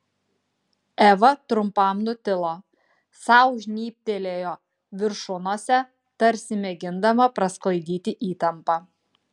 eva trumpam nutilo sau žnybtelėjo viršunosę tarsi mėgindama prasklaidyti įtampą